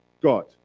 God